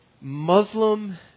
Muslim